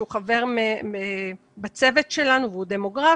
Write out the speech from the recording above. שהוא חבר בצוות שלנו והוא דמוגרף,